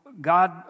God